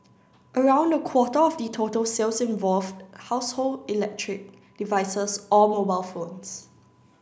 around a quarter of the total sales involved household electric devices or mobile phones